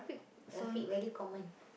Rafiq very common